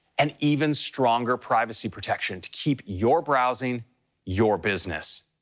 and even stronger privacy protection to keep your browsing your business.